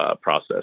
process